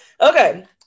Okay